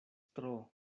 tro